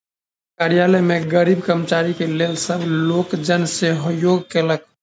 कार्यालय में गरीब कर्मचारी के लेल सब लोकजन सहयोग केलक